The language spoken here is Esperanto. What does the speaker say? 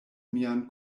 mian